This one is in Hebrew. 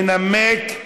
ינמק,